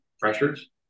pressures